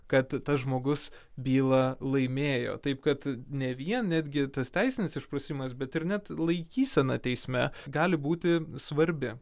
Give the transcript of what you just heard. kad tas žmogus bylą laimėjo taip kad ne vien netgi tas teisinis išprusimas bet ir net laikysena teisme gali būti svarbi